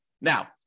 Now